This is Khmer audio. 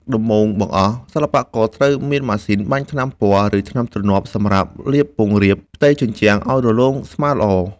ដំបូងបង្អស់ សិល្បករត្រូវមានម៉ាស៊ីនបាញ់ថ្នាំពណ៌ ឬថ្នាំទ្រនាប់សម្រាប់លាបពង្រាបផ្ទៃជញ្ជាំងឱ្យរលោងស្មើល្អ។